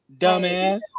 dumbass